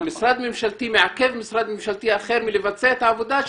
משרד ממשלתי מעכב משרד ממשלתי אחר מלבצע את העבודה.